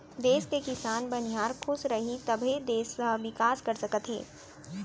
देस के किसान, बनिहार खुस रहीं तभे देस ह बिकास कर सकत हे